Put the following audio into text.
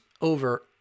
over